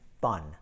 fun